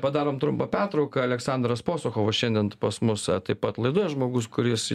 padarom trumpą pertrauką aleksandras posuchovas šiandien pas mus taip pat laidoje žmogus kuris